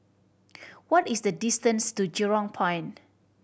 what is the distance to Jurong Point